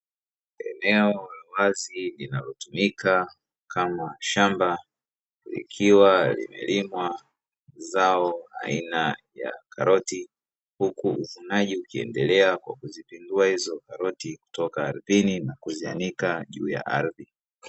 Eneo la wazi linalotumika kama shamba, likiwa limelimwa zao aina ya karoti, huku uvunaji ukiwa unaendelea kwa kuzitoa hizo karoti kutoka ardhini na kuzianika juu ya ardhi.